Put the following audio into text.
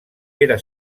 pere